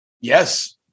Yes